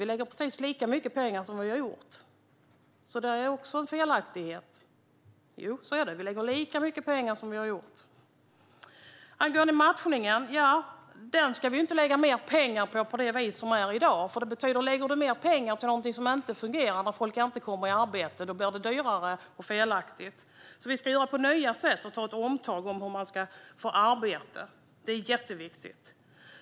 Vi lägger precis lika mycket pengar som vi har gjort tidigare, så det är också en felaktighet. Så är det - vi lägger lika mycket pengar som vi har gjort tidigare. Vi ska inte lägga mer pengar på matchningen på det vis som sker i dag. Om vi lägger mer pengar på någonting som inte fungerar, som inte gör att folk kommer i arbete, blir det dyrare och felaktigt. Vi ska göra på nya sätt och ta ett omtag vad gäller hur människor ska få arbete. Det är jätteviktigt.